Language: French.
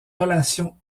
relations